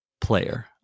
player